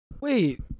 Wait